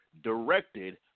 directed